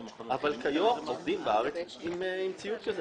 אבל כיום עובדים בארץ עם ציוד כזה,